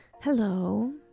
Hello